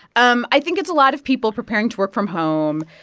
um i think it's a lot of people preparing to work from home.